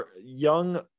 young